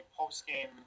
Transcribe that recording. post-game